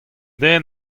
den